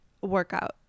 workout